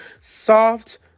soft